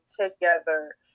together